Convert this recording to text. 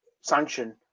sanction